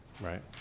right